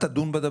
יהיה על פי חוק.